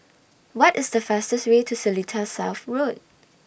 What IS The fastest Way to Seletar South Road